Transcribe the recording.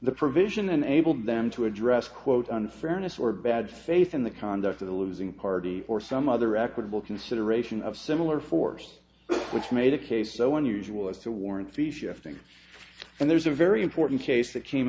the provision unable them to address quote unfairness or bad faith in the conduct of the losing party or some other equitable consideration of similar force which made the case so unusual as to warrant the shifting and there's a very important case that came